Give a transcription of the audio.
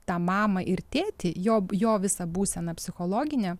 tą mamą ir tėtį jo jo visa būseną psichologinę